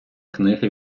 книги